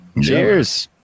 cheers